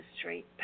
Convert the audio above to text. straight